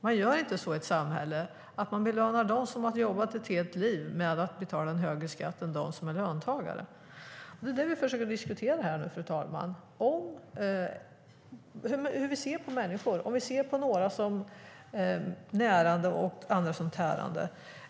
Man gör inte så i ett samhälle att man belönar dem som har jobbat i ett helt liv med att de ska betala högre skatt än de som är löntagare. Det är det vi försöker diskutera nu, fru talman: hur vi ser på människor. Ser vi på några som närande och andra som tärande?